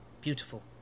beautiful